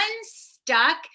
unstuck